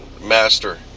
master